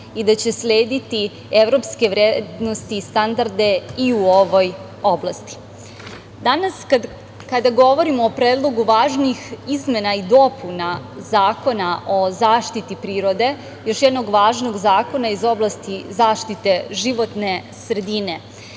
i da će slediti evropske vrednosti i standarde i u ovoj oblasti. Danas kada govorimo o predlogu važnih izmena i dopuna Zakona o zaštiti prirode, još jednog važnog zakona iz oblasti zaštite životne sredine,